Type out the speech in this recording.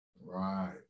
Right